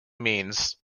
means